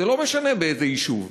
לא משנה באיזה יישוב,